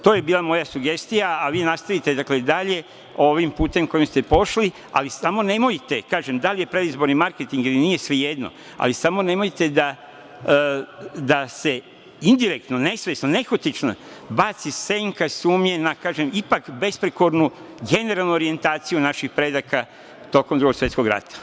To je bila moja sugestija, a vi nastavite, dakle, dalje ovim putem kojim ste pošli, ali samo nemojte, kažem, da li je predizborni marketing ili nije, svejedno, ali samo nemojte da se indirektno, nesvesno, nehotično baci senka sumnje na, kažem, ipak besprekornu generalnu orjentaciju naših predaka tokom Drugog svetskog rata.